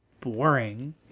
boring